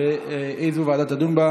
ותועבר,